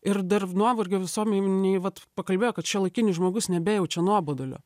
ir dar nuovargio visuomenėj vat pakalbėjo kad šiuolaikinis žmogus nebejaučia nuobodulio